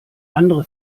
andere